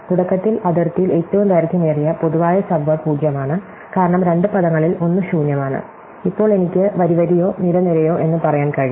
തുടക്കത്തിൽ അതിർത്തിയിൽ ഏറ്റവും ദൈർഘ്യമേറിയ പൊതുവായ സബ്വേഡ് 0 ആണ് കാരണം രണ്ട് പദങ്ങളിൽ ഒന്ന് ശൂന്യമാണ് ഇപ്പോൾ എനിക്ക് വരി വരിയോ നിരയോ നിരയോ എന്ന് പറയാൻ കഴിയും